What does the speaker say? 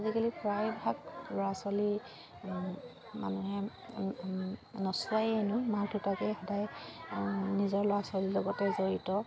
আজিকালি প্ৰায়ভাগ ল'ৰা ছোৱালী মানুহে নচোৱায়েই এনেও মাক দেউতাকে সদায় নিজৰ ল'ৰা ছোৱালীৰ লগতে জড়িত